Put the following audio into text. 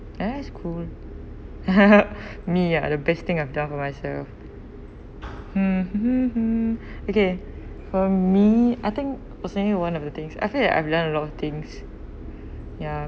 that's cool me ah the best thing I've done for myself hmm hmm hmm hmm okay for me I think personally one of the things I feel that I've done a lot of things ya